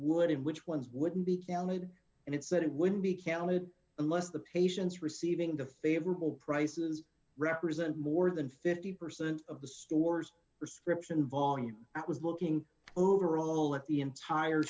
would and which ones wouldn't be counted and it said it wouldn't be counted unless the patients receiving the favorable prices represent more than fifty percent of the store's prescription volume that was looking overall at the entire